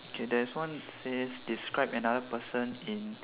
K there is one that says describe another person in